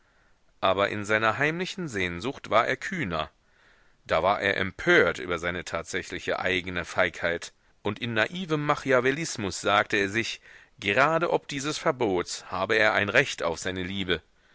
aber in seiner heimlichen sehnsucht war er kühner da war er empört über seine tatsächliche eigne feigheit und in naivem machiavellismus sagte er sich gerade ob dieses verbots habe er ein recht auf seine liebe